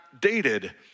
dated